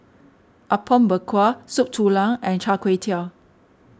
Apom Berkuah Soup Tulang and Char Kway Teow